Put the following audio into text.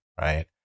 Right